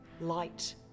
light